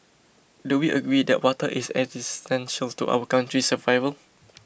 do we agree that water is existential to our country's survival